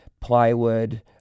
plywood